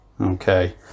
okay